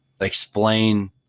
explain